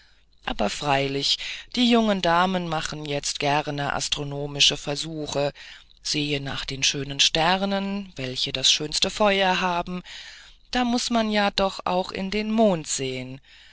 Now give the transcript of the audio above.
aber freilich die jungen damen machen jetzt gerne astronomische versuche sehen nach den schönen sternen welche das schönste feuer haben da muß man ja doch auch in den mond sehen